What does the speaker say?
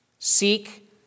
Seek